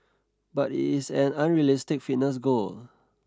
but it is an unrealistic fitness goal